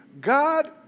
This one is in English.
God